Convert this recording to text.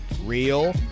Real